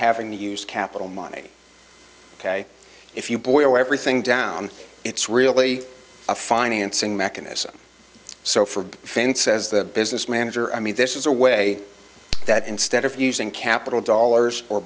having to use capital money ok if you boil everything down it's really a financing mechanism so for the fans says the business manager i mean this is a way that instead of using capital dollars